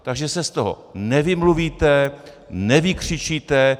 Takže se z toho nevymluvíte, nevykřičíte.